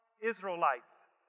Israelites